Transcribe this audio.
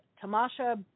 Tamasha